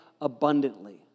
abundantly